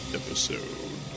episode